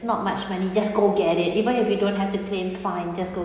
not much money just go get it even if you don't have to claim fine just go